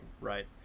right